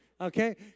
Okay